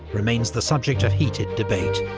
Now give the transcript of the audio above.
remains the subject of heated debate.